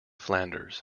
flanders